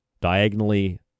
Diagonally